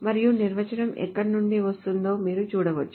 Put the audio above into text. మరియు నిర్వచనం ఎక్కడ నుండి వస్తుందో మీరు చూడవచ్చు